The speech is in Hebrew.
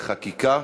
לחקיקה.